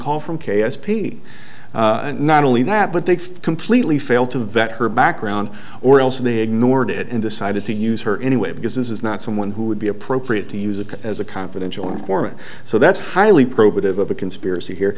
call from k s p and not only that but they completely fail to vet her background or else they ignored it and decided to use her anyway because this is not someone who would be appropriate to use it as a confidential informant so that's highly probative of a conspiracy here